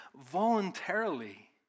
voluntarily